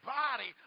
body